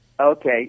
Okay